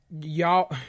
y'all